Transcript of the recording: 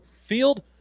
field